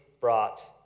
brought